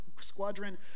squadron